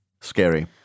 scary